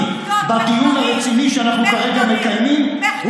בדיון הרציני שאנחנו כרגע מקיימים,